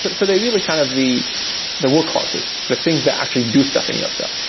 but so they're really kind of the the workhorses, the things that actually do stuff in your cell.